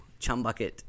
Chumbucket